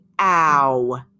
Ow